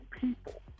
people